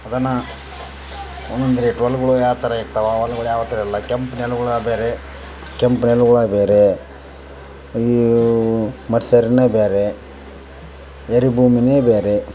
ಅದನ್ನು ಒಂದೊಂದು ರೇಟ್ ಹೊಲ್ಗಳು ಯಾವ ಥರ ಇರ್ತಾವೆ ಹೊಲ್ಗಳು ಯಾವ ಥರ ಇರೋಲ್ಲ ಕೆಂಪು ನೆಲಗಳೆ ಬೇರೆ ಕೆಂಪು ನೆಲಗಳೆ ಬೇರೆ ಈ ಮಡ್ಸರನೆ ಬೇರೆ ಎರೆ ಭೂಮಿನೆ ಬೇರೆ